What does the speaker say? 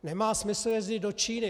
Nemá smysl jezdit do Číny.